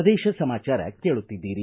ಪ್ರದೇಶ ಸಮಾಚಾರ ಕೇಳುತ್ತಿದ್ದೀರಿ